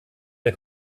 der